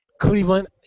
Cleveland